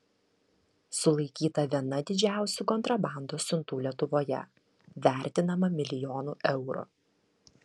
sulaikyta viena didžiausių kontrabandos siuntų lietuvoje vertinama milijonu eurų